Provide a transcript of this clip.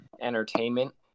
entertainment